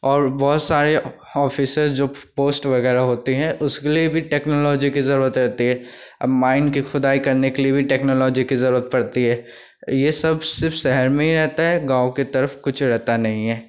और बहुत सारे ऑफिसर्स जो पोस्ट वग़ैरह होती है उसके लिए भी टेक्नोलॉजी की ज़रूरत रहती है अब माइन की खुदाई करने के लिए भी टेक्नोलॉजी की ज़रूरत पड़ती है ये सब सिर्फ शहर में ही रहता है गाँव की तरफ कुछ रहता नहीं है